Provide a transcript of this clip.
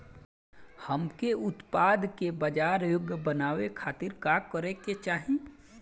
हमके उत्पाद के बाजार योग्य बनावे खातिर का करे के चाहीं?